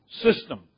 system